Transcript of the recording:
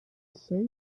save